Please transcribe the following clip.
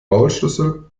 maulschlüssel